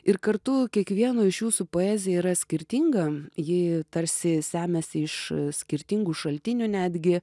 ir kartu kiekvieno iš jūsų poezija yra skirtinga ji tarsi semiasi iš skirtingų šaltinių netgi